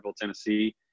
Tennessee